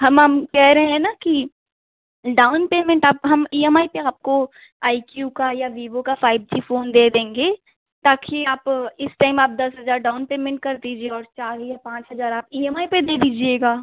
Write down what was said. हम हम कहे रहे हैं ना कि डाउन पेमेंट आप हम ई एम आई पर आपको आई क्यू का या वीवो का फ़ाइव जी फ़ोन दे देंगे ताकि आप इस टाइम आप दस हजार डाउन पेमेंट कर दीजिए और चार या पाँच हजार आप ई एम आई पर दे दीजिएगा